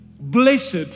Blessed